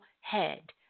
head